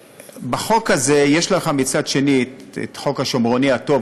בחוק הזה יש לך מצד שני את חוק השומרוני הטוב,